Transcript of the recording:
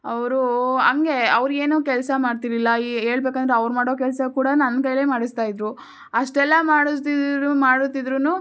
ಅವರು ಹಂಗೆ ಅವ್ರು ಏನೂ ಕೆಲಸ ಮಾಡ್ತಿರ್ಲಿಲ್ಲ ಹೇಳ್ಬೇಕಂದ್ರೆ ಅವ್ರು ಮಾಡೋ ಕೆಲಸ ಕೂಡ ನನ್ನ ಕೈಲೇ ಮಾಡಿಸ್ತಾ ಇದ್ದರು ಅಷ್ಟೆಲ್ಲ ಮಾಡಿಸ್ತಿದ್ದಿದ್ದರೂ ಮಾಡುತ್ತಿದ್ರು